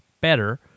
better